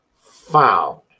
found